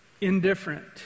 indifferent